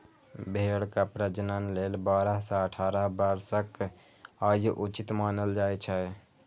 भेड़क प्रजनन लेल बारह सं अठारह वर्षक आयु उचित मानल जाइ छै